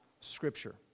Scripture